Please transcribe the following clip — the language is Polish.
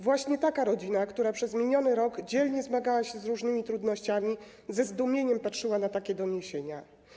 Właśnie taka rodzina, która przez miniony rok dzielnie zmagała się różnymi trudnościami, ze zdumieniem patrzyła na takie doniesienia.